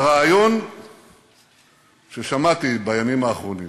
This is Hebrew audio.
הרעיון ששמעתי בימים האחרונים,